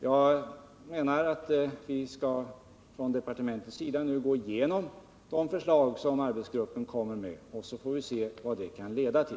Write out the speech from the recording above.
Jag menar att vi från departementets sida nu skall gå igenom de förslag arbetsgruppen kommer med, och så får vi se vad det kan leda till.